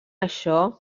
això